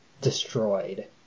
destroyed